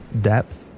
Depth